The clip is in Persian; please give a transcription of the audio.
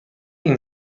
این